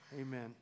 Amen